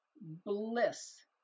bliss